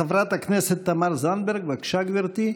חברת הכנסת תמר זנדברג, בבקשה, גברתי,